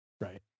right